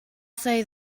say